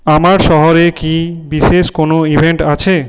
আমার শহরে কি বিশেষ কোনো ইভেন্ট আছে